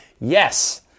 yes